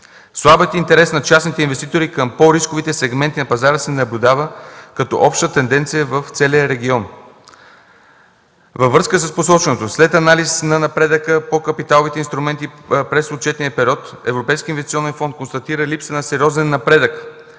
Слабият интерес на частните инвеститори към по-рисковите сегменти на пазара се наблюдава като обща тенденция в целия регион. Във връзка с посоченото след анализ на напредъка по капиталовите инструменти, през отчетния период Европейският инвестиционен фонд констатира липса на сериозен напредък